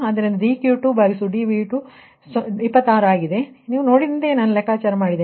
ಆದ್ದರಿಂದ dQ2dV2 26 ಆಗಿದ್ದು ನೀವು ನೋಡಿದಂತೆಯೇ ನಾವು ಲೆಕ್ಕಾಚಾರ ಮಾಡಿದ್ದೇವೆ ಮತ್ತು ∆Q2 ಆಗಿದೆ